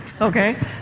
okay